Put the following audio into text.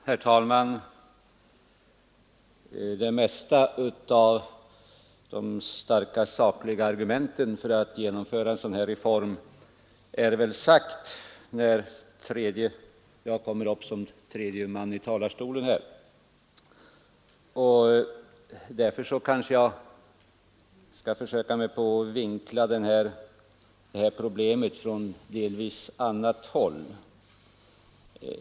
Herr talman! Det mesta av de starka, sakliga argumenten för att genomföra en pensionsreform är väl sagt, när jag nu kommer upp i talarstolen som tredje man. Därför skall jag försöka vinkla detta problem från delvis annat håll.